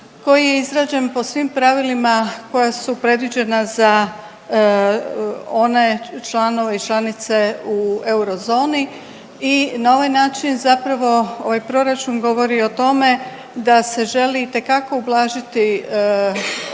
koji je izrađen po svim pravilima koja su predviđena za one članove i članice u euro zoni i na ovaj način zapravo ovaj proračun govori o tome da se želi itekako ublažiti